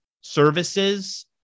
services